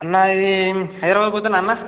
అన్న ఇది హైదరాబాద్ పోతుందా అన్న